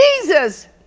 Jesus